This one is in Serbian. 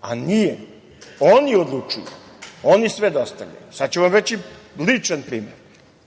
a nije. Oni odlučuju, oni sve dostavljaju, sada ću vam reći ličan primer. Moja